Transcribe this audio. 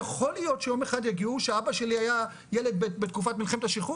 יכול להיות שיום אחד יגידו שאבא שלי היה ילד בתקופת מלחמת השחרור